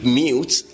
mute